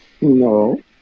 No